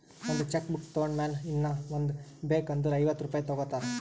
ಒಂದ್ cheque book ತೊಂಡ್ ಮ್ಯಾಲ ಇನ್ನಾ ಒಂದ್ ಬೇಕ್ ಅಂದುರ್ ಐವತ್ತ ರುಪಾಯಿ ತಗೋತಾರ್